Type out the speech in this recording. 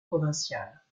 provinciales